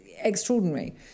extraordinary